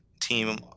team